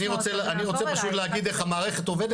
אני פשוט רוצה להגיד איך המערכת עובדת,